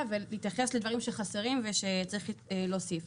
ולהתייחס לדברים שחסרים ושצריך להוסיף.